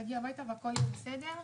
תגיעי הביתה והכול יהיה בסדר.